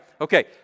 Okay